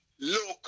local